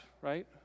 right